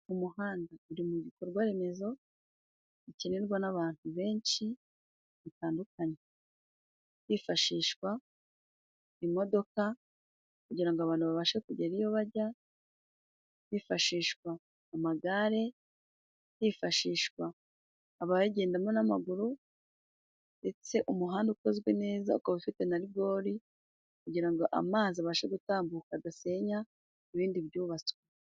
Umuhanda uri mu bikorwa remezo bikenerwa n'abantu benshi bitandukanye ,hifashishwa imodoka kugira ngo abantu babashe kugera iyo bajya ,hifashishwa amagare, hifashishwa abayagendamo n'amaguru ndetse umuhanda ukozwe neza ukaba ufite na rigori ,kugira ngo amazi abashe gutambuka adasenya ibindi byubatswe.